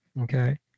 Okay